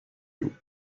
you